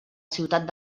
ciutat